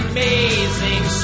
Amazing